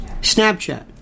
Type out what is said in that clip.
Snapchat